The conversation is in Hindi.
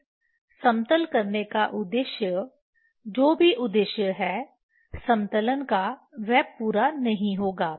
फिर समतल करने का उद्देश्य जो भी उद्देश्य है समतलन का वह पूरा नहीं होगा